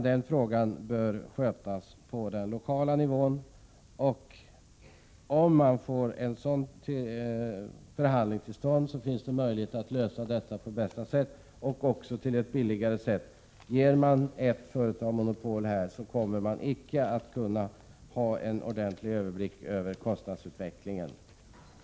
Den frågan bör skötas på lokal nivå. Om förhandlingar kommer till stånd finns förutsättningar för att frågan skall lösas på bästa sätt och också på billigaste sätt. Om vi ger ett företag monopol, kommer vi inte att ha någon ordentlig överblick över kostnadsutvecklingen.